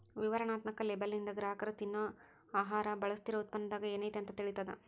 ವಿವರಣಾತ್ಮಕ ಲೇಬಲ್ಲಿಂದ ಗ್ರಾಹಕರ ತಿನ್ನೊ ಆಹಾರ ಬಳಸ್ತಿರೋ ಉತ್ಪನ್ನದಾಗ ಏನೈತಿ ಅಂತ ತಿಳಿತದ